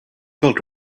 felt